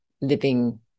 living